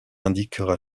indiquent